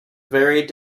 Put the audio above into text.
varied